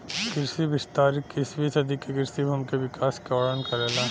कृषि विस्तार इक्कीसवीं सदी के कृषि भूमि के विकास क वर्णन करेला